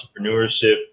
entrepreneurship